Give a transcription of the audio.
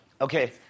okay